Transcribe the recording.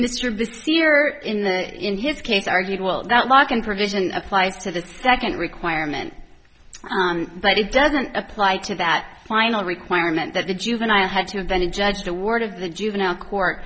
here in the in his case argued well that lock in provision applies to the second requirement but it doesn't apply to that final requirement that the juvenile had to have been adjudged a ward of the juvenile court